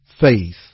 faith